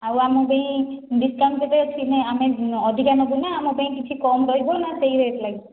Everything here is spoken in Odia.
ଆଉ ଆମ ପାଇଁ ଡିସ୍କାଉଣ୍ଟ କେତେ ଅଛି ଆମେ ଅଧିକା ନେବୁ ନା ଆମ ପାଇଁ କିଛି କମ୍ ରହିବ ନା ସେହି ରେଟ୍ ଲାଗିବ